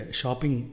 shopping